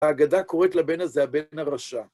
ההגדה קוראת לבן הזה 'הבן הרשע'